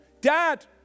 Dad